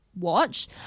watch